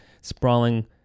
sprawling